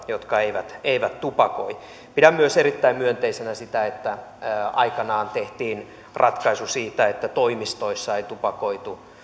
jotka eivät eivät tupakoi pidän myös erittäin myönteisenä sitä että aikanaan tehtiin ratkaisu siitä että toimistoissa ei tupakoida